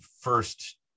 first